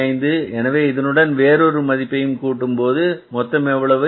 2875 எனவே இதனுடன் வேறொரு மதிப்பையும் கூட்டும்போது மொத்தம் எவ்வளவு